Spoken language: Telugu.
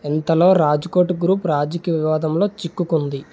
ఇంతలో రాజ్కోట్ గ్రూపు రాజకీయ వివాదంలో చిక్కుకుంది